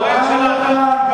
חבר הכנסת ברכה, שמענו אותך.